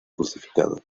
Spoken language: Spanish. crucificado